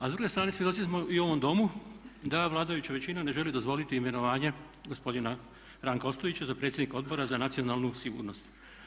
A s druge strane svjedoci smo i u ovom domu da ova vladajuća većina ne želi dozvoliti imenovanje gospodina Ranka Ostojića za predsjednika Odbora za nacionalnu sigurnost.